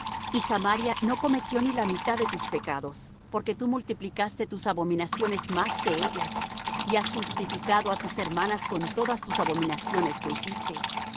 y samaria no cometió ni la mitad de tus pecados porque tú multiplicaste tus abominaciones más que ellas y has justificado á tus hermanas con todas tus abominaciones que hiciste